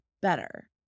better